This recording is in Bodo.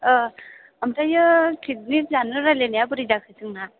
ओमफ्रायो पिकनिक जानो रायज्लायनाया बोरै जाखो जोंना